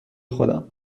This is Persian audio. خودم